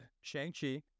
Shang-Chi